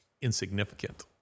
insignificant